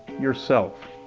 yourself.